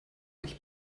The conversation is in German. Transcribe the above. euch